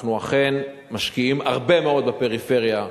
אנחנו אכן משקיעים הרבה מאוד בפריפריה,